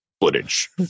Footage